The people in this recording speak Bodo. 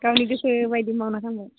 गावनि गोसोबायदि मावना थांबाय